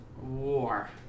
War